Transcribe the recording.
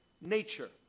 nature